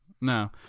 No